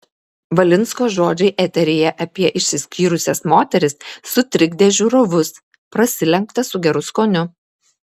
valinsko žodžiai eteryje apie išsiskyrusias moteris sutrikdė žiūrovus prasilenkta su geru skoniu